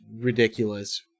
ridiculous